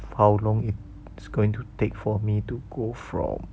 how long it's going to take for me to go from